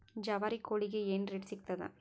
ಜವಾರಿ ಕೋಳಿಗಿ ಏನ್ ರೇಟ್ ಸಿಗ್ತದ?